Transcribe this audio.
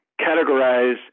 categorize